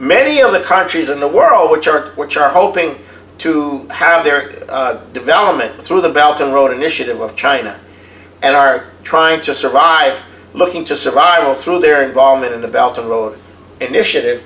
many of the countries in the world which are which are hoping to have their development through the belgium road initiative of china and are trying to survive looking to survival through their involvement in the belt of road initiative